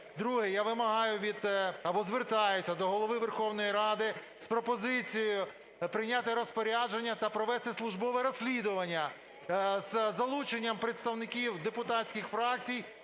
Друге. Я вимагаю або звертаюся до Голови Верховної Ради з пропозицією прийняти розпорядження та провести службове розслідування з залученням представників депутатських фракцій